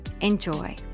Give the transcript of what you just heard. Enjoy